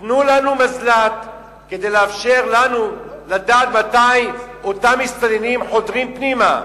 תנו לנו מזל"ט כדי לאפשר לנו לדעת מתי אותם מסתננים חודרים פנימה.